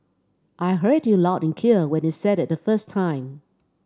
I heard you loud and clear when you said it the first time